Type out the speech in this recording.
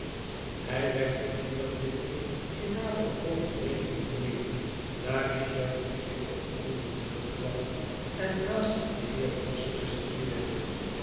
hy werd verhinderd dit punt in nadere overweging te nemen daar richard nu zeer opgewonden terugkwam en haastig den heer vholes presenteerde